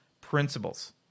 principles